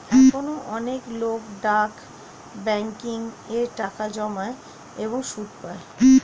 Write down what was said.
এখনো অনেক লোক ডাক ব্যাংকিং এ টাকা জমায় এবং সুদ পায়